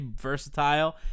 versatile